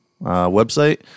website